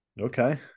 okay